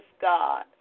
God